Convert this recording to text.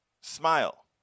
smile